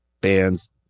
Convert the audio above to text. bands